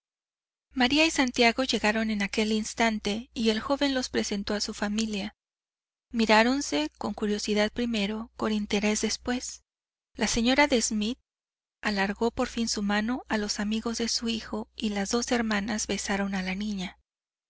maría y santiago llegaron en aquel instante y el joven los presentó a su familia miráronse con curiosidad primero con interés después la señora de smith alargó por fin su mano a los amigos de su hijo y las dos hermanas besaron a la niña